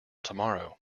tomorrow